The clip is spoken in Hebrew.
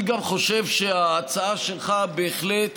אני גם חושב שההצעה שלך בהחלט